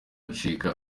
acika